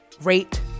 rate